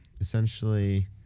Essentially